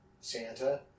Santa